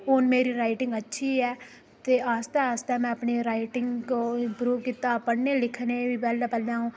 हून मेरी रायटिंग अच्छी ऐ ते आस्तै आस्तै में अपनी रायटिंग को इंपरूब कीता पढ़ने लिखने पैह्ले पैह्ले अ'ऊं